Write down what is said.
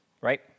Right